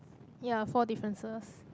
ya four differences